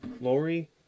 Lori